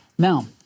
Now